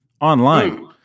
online